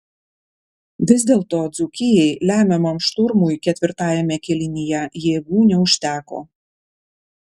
vis dėlto dzūkijai lemiamam šturmui ketvirtajame kėlinyje jėgų neužteko